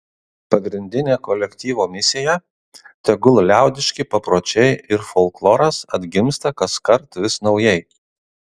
pagrindinė kolektyvo misija tegul liaudiški papročiai ir folkloras atgimsta kaskart vis naujai